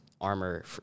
armor